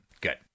Good